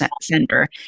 Center